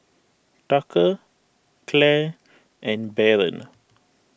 Tucker Clair and Baron